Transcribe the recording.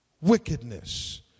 Wickedness